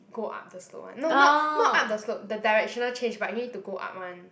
go up the slope [one] no not not up the slope the directional change but you need to go up [one]